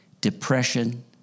depression